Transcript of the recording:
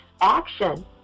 action